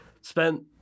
spent